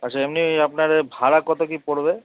আচ্ছা এমনি আপনার ভাড়া কত কি পরবে